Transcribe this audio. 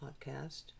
podcast